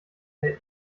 der